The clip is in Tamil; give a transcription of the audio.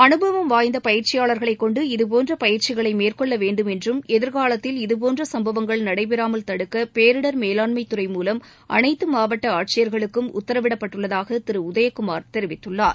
அனுபவம்வாய்ந்த பயிற்சியாளர்களை கொண்டு இதுபோன்ற பயிற்சிகளை மேற்கொள்ளவேண்டும் என்றும் எதிர்காலத்தில் இதபோன்ற சம்பவங்கள் நடைபெறாமல் தடுக்க பேரிடர் மேலாண்மை துறை மூலம் அனைத்து மாவட்ட ஆட்சியர்களுக்கும் உத்தரவிடப்பட்டுள்ளதாக திரு உதயகுமார் தெரிவித்துள்ளார்